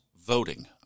voting